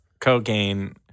Cocaine